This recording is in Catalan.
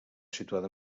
situada